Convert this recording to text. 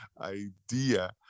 idea